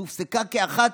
שהופסקה באחת,